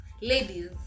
ladies